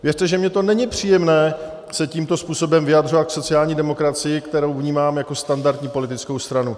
Věřte, že mi není příjemné se tímto způsobem vyjadřovat k sociální demokracii, kterou vnímám jako standardní politickou stranu.